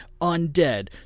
undead